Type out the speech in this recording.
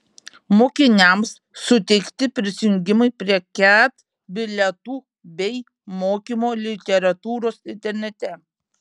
mokiniams suteikti prisijungimai prie ket bilietų bei mokymo literatūros internete